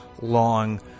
long